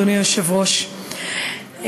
אדוני היושב-ראש,